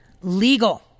legal